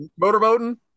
motorboating